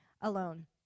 alone